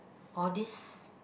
all this